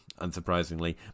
unsurprisingly